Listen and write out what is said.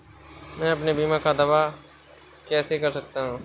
मैं अपने बीमा का दावा कैसे कर सकता हूँ?